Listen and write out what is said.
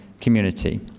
community